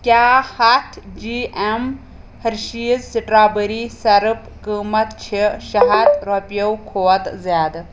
کیٛاہ ہتھ G M Hershey's strawberry syrup قۭمتھ چھِ شیٚے ہتھ رۄپیو کھۄتہٕ زِیٛادٕ